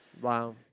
Wow